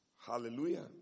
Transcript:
Hallelujah